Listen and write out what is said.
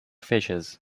fishes